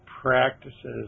practices